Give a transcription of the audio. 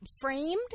framed